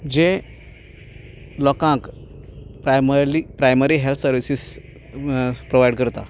जें लोकांक primarily primary health services provide करता